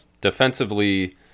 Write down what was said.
Defensively